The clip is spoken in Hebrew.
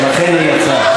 לכן היא יצאה.